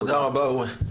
תודה רבה, אורי.